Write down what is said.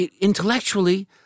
Intellectually